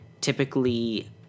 typically